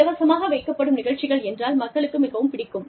இலவசமாக வைக்கப்படும் நிகழ்ச்சிகள் என்றால் மக்களுக்கு மிகவும் பிடிக்கும்